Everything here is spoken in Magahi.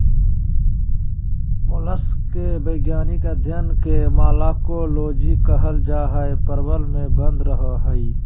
मोलस्क के वैज्ञानिक अध्यन के मालाकोलोजी कहल जा हई, प्रवर में बंद रहअ हई